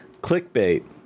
clickbait